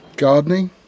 gardening